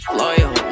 loyal